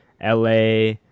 la